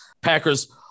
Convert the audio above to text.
Packers